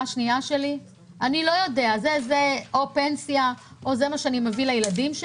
השנייה שלהם לפנסיה או לירושה לילדים.